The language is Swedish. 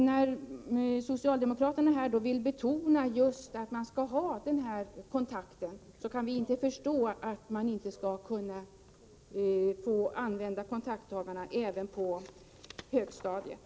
När socialdemokraterna betonar att man vill ha dessa kontaktdagar kan vi inte förstå att man inte skall få använda kontaktdagarna även på högstadiet.